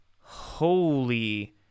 Holy